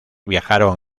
viajaron